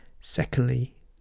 secondly